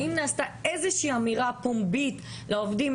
האם נעשתה איזושהי אמירה פומבית לעובדים,